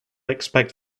expect